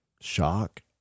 shock